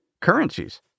currencies